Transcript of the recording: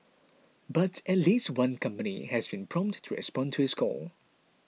but at least one company has been prompt to respond to his call